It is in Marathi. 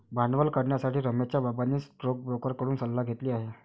भांडवल करण्यासाठी रमेशच्या बाबांनी स्टोकब्रोकर कडून सल्ला घेतली आहे